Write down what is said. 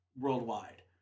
worldwide